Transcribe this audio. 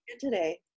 today